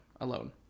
alone